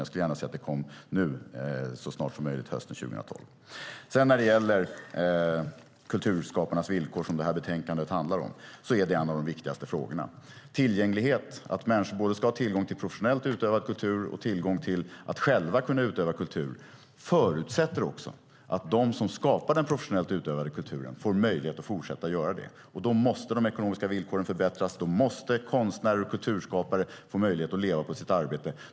Jag skulle gärna se att den kom så snart som möjligt under hösten 2012. Kulturskaparnas villkor, som betänkandet handlar om, är en av de viktigaste frågorna. Tillgänglighet - att människor både ska ha tillgång till professionellt utövad kultur och tillgång till att själva utöva kultur - förutsätter att de som skapar den professionellt utövade kulturen får möjlighet att fortsätta göra det. Då måste de ekonomiska villkoren förbättras. Då måste konstnärer och kulturskapare få möjlighet att leva på sitt arbete.